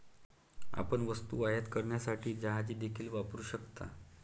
आपण वस्तू आयात करण्यासाठी जहाजे देखील वापरू शकता